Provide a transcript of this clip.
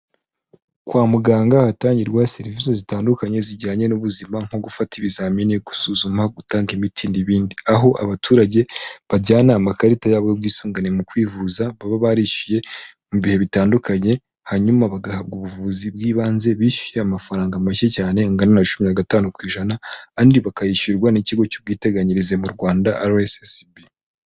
Kwa muganga ahatangirwa serivisi zitandukanye zijyanye n'ubuzima, nko gufata ibizamini, gusuzuma, gutanga imiti n'ibindi. Aho abaturage bajyana amakarita yabo y'ubwisungane mu kwivuza baba barishyuye mu bihe bitandukanye. Hanyuma bagahabwa ubuvuzi bw'ibanze bishyuye amafaranga macye cyane angana na cumi na gatanu ku ijana, andi bakayishyurirwa n'ikigo cy'ubwiteganyirize mu rwanda RSSB.